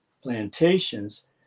plantations